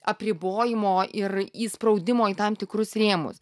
apribojimo ir įspraudimo į tam tikrus rėmus